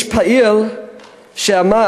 יש פעיל שאמר: